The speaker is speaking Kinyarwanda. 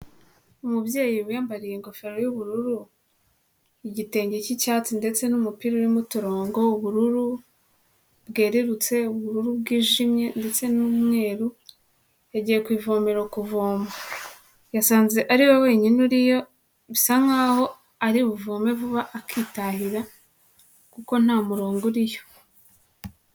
Umubyeyi wiyambariye ingofero y'ubururu, igitenge cy'icyatsi ndetse n'umupira urimo uturongo ubururu bwererutse, ubururu bwijimye ndetse n'umweru, yagiye ku ivomero kuvoma. Yasanze ariwe wenyine uriyo, bisa nkaho ari buvome vuba akitahira, kuko nta murongo uriyo.